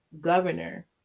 Governor